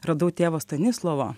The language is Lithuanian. radau tėvo stanislovo